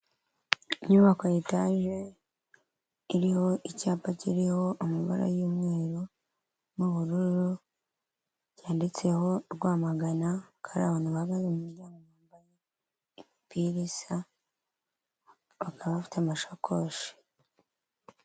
Inyubako ya etaje, iriho icyapa kiriho amabara y'umweru n'ubururu, cyanditseho Rwamagana hakaba hari abantu bahagaze mu muryango, bambaye imipira isa, bakaba bafite amashakoshi.